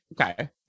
okay